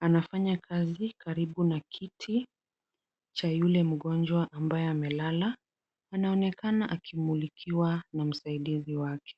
anafanya kazi karibu na kiti cha yule mgonjwa ambaye amelala. Anaonekana akimulikiwa na msaidizi wake.